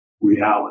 reality